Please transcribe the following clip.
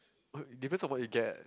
it depends on what you get